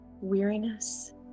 weariness